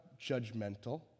judgmental